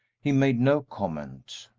he made no comment.